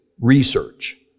research